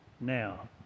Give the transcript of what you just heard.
now